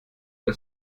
das